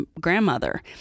grandmother